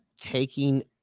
Taking